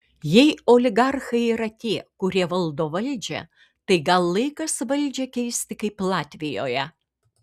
jei oligarchai yra tie kurie valdo valdžią tai gal laikas valdžią keisti kaip latvijoje